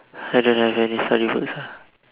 I don't have any story books ah